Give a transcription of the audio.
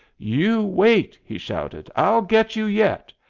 you wait! he shouted. i'll get you yet!